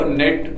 net